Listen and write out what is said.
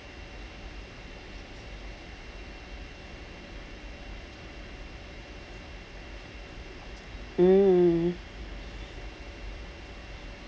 mm